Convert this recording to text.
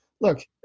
Look